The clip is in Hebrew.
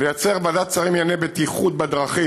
לייצר ועדת שרים לענייני בטיחות בדרכים